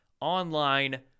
online